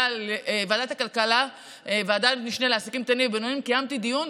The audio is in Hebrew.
ועדת משנה לעסקים קטנים ובינוניים של ועדת הכלכלה,